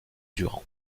durant